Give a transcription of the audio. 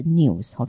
news